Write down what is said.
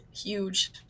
huge